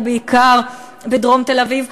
ובעיקר בדרום תל-אביב.